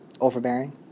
Overbearing